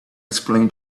explain